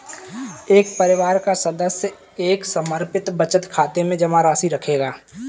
एक परिवार का सदस्य एक समर्पित बचत खाते में जमा राशि रखेगा